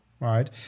right